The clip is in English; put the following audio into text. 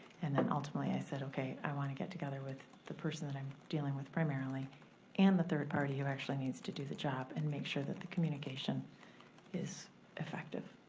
and then ultimately i said, okay, i want to get together with the person that i'm dealing with primarily and the third party who actually needs to do the job, and make sure that the communication is effective.